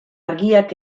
argiak